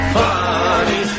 funny